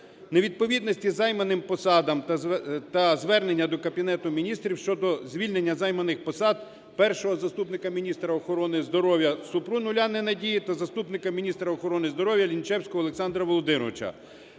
невідповідності займаним посадам та звернення до Кабінету Міністрів щодо звільнення з займаних посад першого заступника міністра охорони здоров'я Супрун Уляни Надії та заступника міністра охорони здоров'я Лінчевського Олександра Володимировича.